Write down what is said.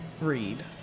read